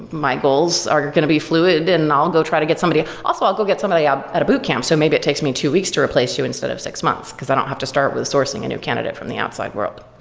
my goals are going to be fluid, and then and i'll go try to get somebody. also, i'll go get somebody ah out of boot camp, so maybe it takes me two weeks to replace you instead of six months, because i don't have to start with sourcing a new candidate from the outside world.